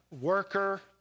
worker